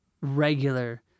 regular